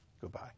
goodbye